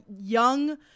young